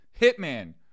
hitman